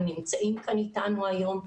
הם נמצאים כאן אתנו היום.